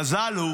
המזל הוא